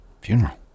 funeral